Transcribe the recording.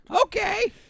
Okay